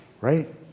right